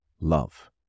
love